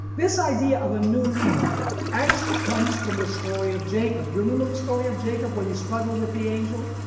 this idea of a new name actually comes from the story of jacob. you remember the story of jacob when he struggled with the angel?